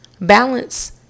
Balance